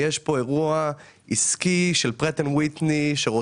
יש פה אירוע עסקי של Pratt & Whitney שרוצה